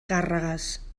càrregues